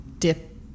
Dip